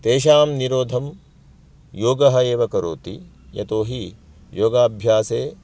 तेषां निरोधं योगः एव करोति यतोहि योगाभ्यासे